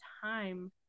time